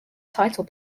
title